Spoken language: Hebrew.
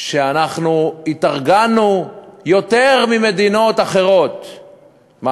שאנחנו התארגנו יותר ממדינות אחרות מה,